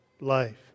life